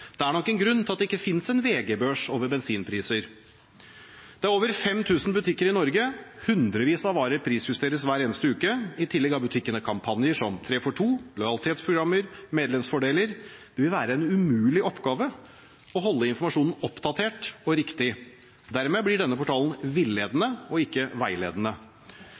Det er nok en grunn til at det ikke finnes en VG-børs over bensinpriser. Det er over 5 000 butikker i Norge. Hundrevis av varer prisjusteres hver eneste uke. I tillegg har butikkene kampanjer som «tre for to», lojalitetsprogrammer og medlemsfordeler. Det vil være en umulig oppgave å holde informasjonen oppdatert og riktig. Dermed blir denne portalen villedende – ikke veiledende.